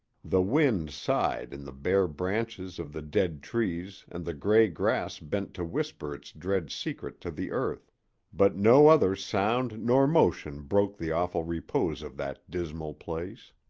the wind sighed in the bare branches of the dead trees and the gray grass bent to whisper its dread secret to the earth but no other sound nor motion broke the awful repose of that dismal place.